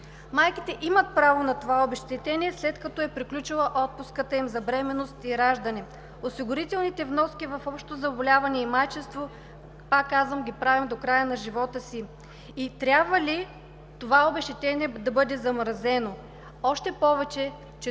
Майките имат право на това обезщетение, след като е приключила отпуската им за бременност и раждане. Осигурителните вноски в „Общо заболяване и майчинство“, пак казвам, ги правим до края на живота си. Трябва ли това обезщетение да бъде замразено, още повече че,